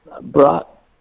brought